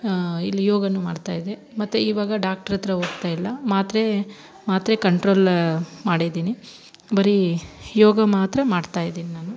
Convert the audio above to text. ಇಲ್ಲಿ ಯೋಗ ಮಾಡ್ತಾಯಿದ್ದೆ ಮತ್ತು ಇವಾಗ ಡಾಕ್ಟ್ರಹತ್ರ ಹೋಗ್ತಾಯಿಲ್ಲ ಮಾತ್ರೇ ಮಾತ್ರೆ ಕಂಟ್ರೋಲ್ ಮಾಡಿದೀನಿ ಬರೀ ಯೋಗ ಮಾತ್ರ ಮಾಡ್ತಾಯಿದೀನ್ ನಾನು